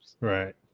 Right